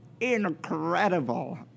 incredible